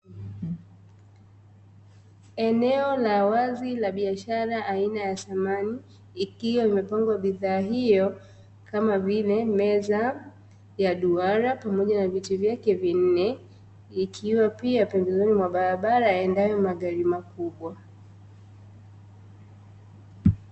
Eneo la wazi la biashara aina ya samani, ikiwa imepamgwa bidhaa hiyo kama vile meza ya duara na viti vyake vinne, ikiwa pia pembezoni mwa barabara iendayo magali makubwa.